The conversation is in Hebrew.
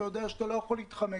אתה יודע שאתה לא יכול להתחמק,